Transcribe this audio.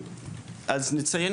רק נציין